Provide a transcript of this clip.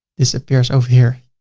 this appears over here.